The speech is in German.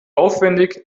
aufwendig